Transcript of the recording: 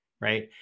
right